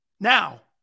Now